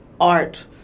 art